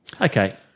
okay